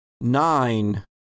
Nine